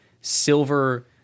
silver